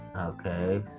Okay